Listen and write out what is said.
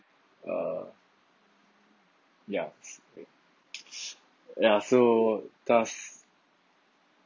uh ya ya so thus